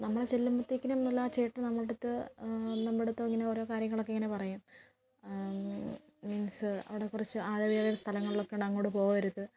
നമ്മൾ ചെല്ലുമ്പത്തേക്കിനും നല്ല ആ ചേട്ടൻ നമ്മുടെ അടുത്ത് നമ്മുടെ അടുത്ത് ഇങ്ങനെ ഓരോ കാര്യങ്ങളൊക്കെ ഇങ്ങനെ പറയും മീൻസ് അവിടെ കുറച്ച് ആഴമേറിയ സ്ഥലങ്ങളൊക്കെ ഉണ്ട് അങ്ങോട്ട് പോവരുത്